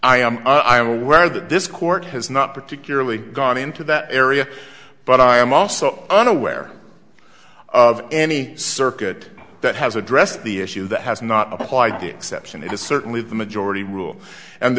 i am i am aware that this court has not particularly gone into that area but i am also unaware of any circuit that has addressed the issue that has not applied the exception it is certainly the majority rule and the